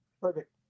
perfect